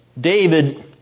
David